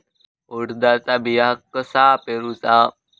उडदाचा बिया कसा पेरूचा?